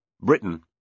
Britain